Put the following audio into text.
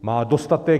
Má dostatek.